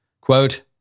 Quote